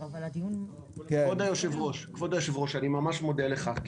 כבוד היושב-ראש, אני ממש מודה לך.